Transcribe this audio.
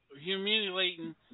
humiliating